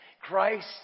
Christ